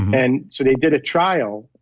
and so they did a trial,